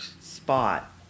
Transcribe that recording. spot